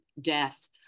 death